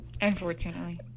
Unfortunately